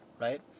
right